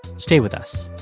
stay with us